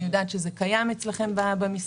כי אני יודעת שזה קיים אצלכם במשרד.